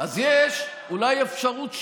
אז אולי יש אפשרות שנייה,